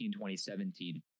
2017